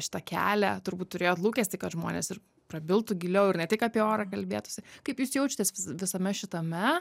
šitą kelią turbūt turėjot lūkestį kad žmonės ir prabiltų giliau ir ne tik apie orą kalbėtųsi kaip jūs jaučiatės visame šitame